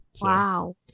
Wow